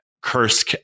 Kursk